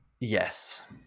yes